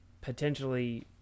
potentially